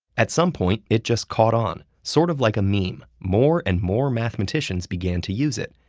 at some point, it just caught on, sort of like a meme. more and more mathematicians began to use it,